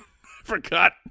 forgot